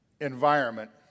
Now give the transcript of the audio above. environment